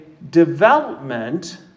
development